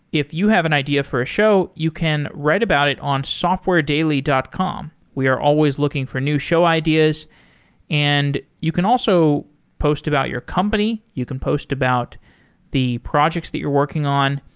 if you have an idea for a show, you can write about it on softwaredaily dot com. we are always looking for new show ideas and you can also post about your company. company. you can post about the projects that you're working on.